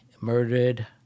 murdered